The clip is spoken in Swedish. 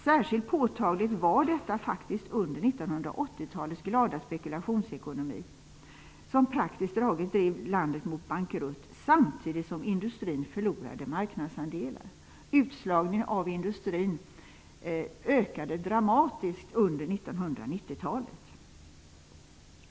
Särskilt påtagligt var detta under 1980-talets glada spekulationsekonomi, som praktiskt taget drev landet mot bankrutt samtidigt som industrin förlorade marknadsandelar.